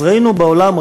אז ראינו בעולם,